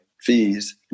fees